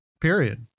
period